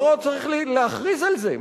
לא צריך להכריז על זה,